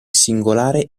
singolare